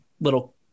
little